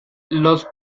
los